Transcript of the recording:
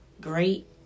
great